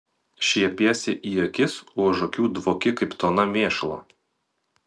šiepiesi į akis o už akių dvoki kaip tona mėšlo